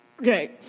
Okay